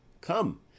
come